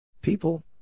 People